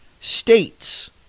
States